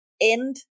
end